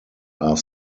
are